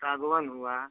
सागवन हुआ